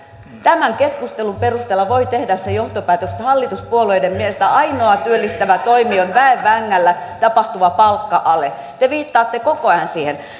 tämän keskustelun perusteella voi tehdä sen johtopäätöksen että hallituspuolueiden mielestä ainoa työllistävä toimi on väen vängällä tapahtuva palkka ale te viittaatte koko ajan siihen